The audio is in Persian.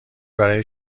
برای